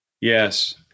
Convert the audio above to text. Yes